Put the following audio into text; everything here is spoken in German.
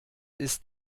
ist